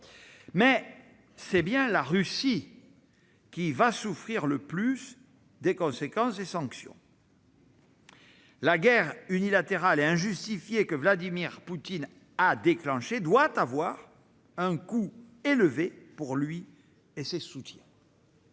Mais c'est bien la Russie qui va souffrir le plus des conséquences de ces sanctions. La guerre unilatérale et injustifiée que Vladimir Poutine a déclenchée doit avoir un coût élevé pour lui et ses soutiens.